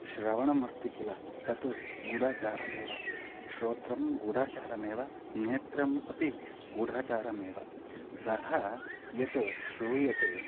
श्रवणम् अस्ति किल तत् गूढाचारमेव श्रोत्रं गूढाचारमेव नेत्रम् अपि गूढाचारमेव सः यत् श्रूयते